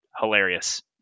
hilarious